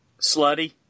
Slutty